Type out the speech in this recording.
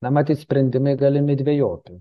na matyt sprendimai galimi dvejopi